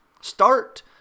Start